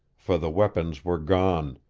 for the weapons were gone.